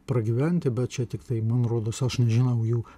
pragyventi bet čia tiktai man rodos aš nežinau jų